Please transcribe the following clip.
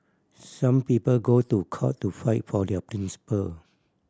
some people go to court to fight for their principle